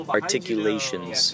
articulations